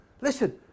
Listen